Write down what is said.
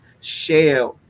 share